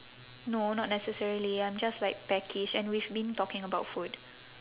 no not necessarily I'm just like peckish and we've been talking about food